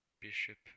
bishop